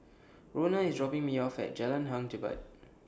Rona IS dropping Me off At Jalan Hang Jebat